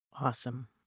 awesome